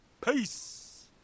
Peace